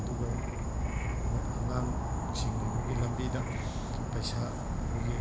ꯑꯗꯨꯒ ꯃꯈꯣꯏ ꯑꯉꯥꯡꯁꯤꯡꯅ ꯑꯩꯈꯣꯏꯒꯤ ꯂꯝꯕꯤꯗ ꯄꯩꯁꯥ ꯑꯩꯈꯣꯏꯒꯤ